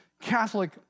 Catholic